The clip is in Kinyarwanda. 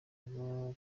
rwo